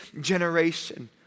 generation